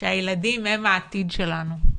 שהילדים הם העתיד שלנו.